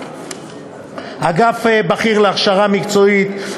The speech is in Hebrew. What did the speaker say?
4. אגף בכיר להכשרה מקצועית,